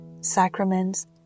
sacraments